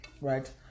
right